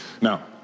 Now